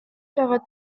байгаад